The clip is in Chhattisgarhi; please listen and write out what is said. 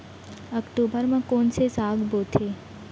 अक्टूबर मा कोन से साग बोथे?